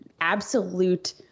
absolute